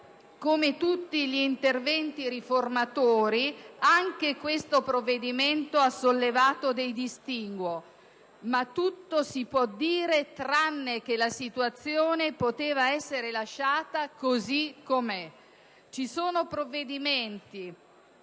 come tutti gli interventi riformatori anche questo ha sollevato dei distinguo, ma tutto si può dire tranne che la situazione poteva essere lasciata così com'è. Ci sono provvedimenti